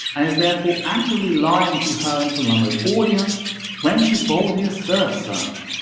and is therefore actively lying to her and polumbo's audience when she boldly asserts such.